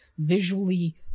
visually